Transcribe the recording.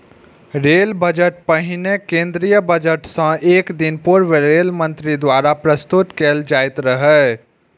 rail budget पहिने केंद्रीय budget सं एक दिन पूर्व रेल मंत्री द्वारा प्रस्तुत कैल जाइत रहै